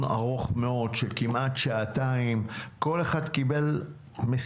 לדיון שעשינו ב-22 לפברואר 2023. המצב הוא קטסטרופלי,